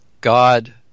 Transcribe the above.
God